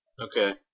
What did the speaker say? Okay